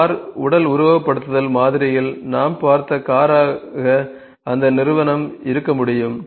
car உடல் உருவகப்படுத்துதல் மாதிரியில் நாம் பார்த்த காராக அந்த நிறுவனம் இருக்க முடியும்